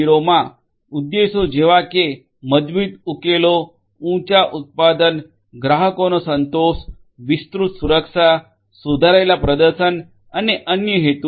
મા ઉદ્દેશ્યો જેવા કે મજબૂત ઉકેલો ઉચા ઉત્પાદન ગ્રાહકોનો સંતોષ વિસ્તૃત સુરક્ષા સુધારેલા પ્રદર્શન અને અન્ય હેતુઓ છે